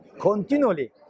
continually